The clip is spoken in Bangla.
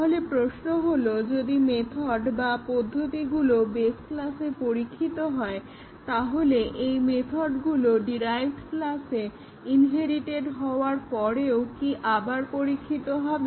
তাহলে প্রশ্ন হলো যদি মেথড বা পদ্ধতিগুলো বেস ক্লাসে পরীক্ষিত হয় তাহলে ওই মেথডগুলো ডিরাইভড ক্লাসে ইনহেরিটেড হওয়ার পরেও কি আবার পরীক্ষিত হবে